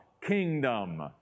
kingdom